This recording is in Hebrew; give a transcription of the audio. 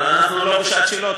אנחנו לא בשעת שאלות,